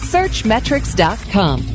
SearchMetrics.com